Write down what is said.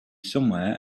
somewhere